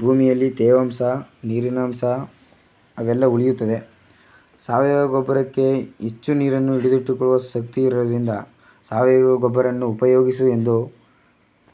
ಭೂಮಿಯಲ್ಲಿ ತೇವಾಂಶ ನೀರಿನಾಂಶ ಅವೆಲ್ಲ ಉಳಿಯುತ್ತದೆ ಸಾವಯವ ಗೊಬ್ಬರಕ್ಕೆ ಹೆಚ್ಚು ನೀರನ್ನು ಹಿಡಿದಿಟ್ಟುಕೊಳ್ಳುವ ಶಕ್ತಿ ಇರೋದರಿಂದ ಸಾವಯವ ಗೊಬ್ಬರವನ್ನು ಉಪಯೋಗಿಸು ಎಂದು